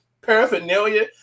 paraphernalia